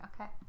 Okay